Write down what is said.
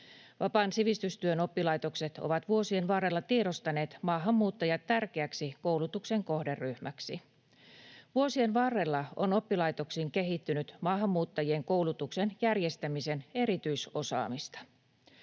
Vapaan sivistystyön oppilaitokset ovat vuosien varrella tiedostaneet maahanmuuttajat tärkeäksi koulutuksen kohderyhmäksi. Vuosien varrella on oppilaitoksiin kehittynyt maahanmuuttajien koulutuksen järjestämisen erityisosaamista.